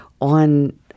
on